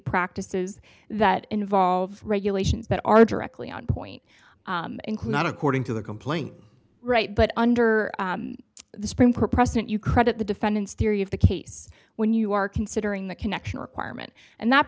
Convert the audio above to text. practices that involve regulations that are directly on point include not according to the complaint right but under the supreme for president you credit the defendants theory of the case when you are considering the connection requirement and that